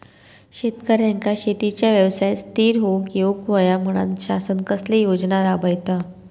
शेतकऱ्यांका शेतीच्या व्यवसायात स्थिर होवुक येऊक होया म्हणान शासन कसले योजना राबयता?